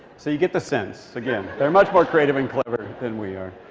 so you get the sense. again, they're much more creative and clever than we are.